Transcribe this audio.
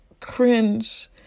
cringe